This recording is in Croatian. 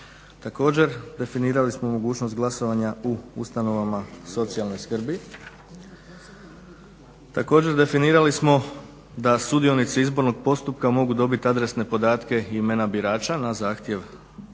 Također definirali smo mogućnost glasovanja u ustanovama socijalne skrbi. Također definirali smo da sudionici izbornog postupka mogu dobit adresne podatake imena birača na zahtjev